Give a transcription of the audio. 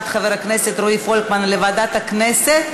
חבר הכנסת רועי פולקמן לוועדת הכנסת.